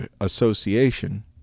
association